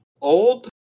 Old